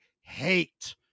hate